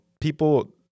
people